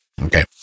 Okay